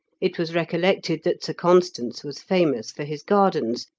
it was recollected that sir constans was famous for his gardens,